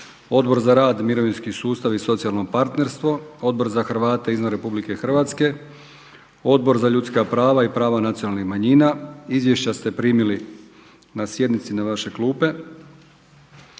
Odbor za rad i mirovinski sustav i socijalno partnerstvo, Odbor za Hrvate izvan RH, Odbor za ljudska prava i prava nacionalnih manjina. Izvješća ste primili na sjednici na vaše klupe.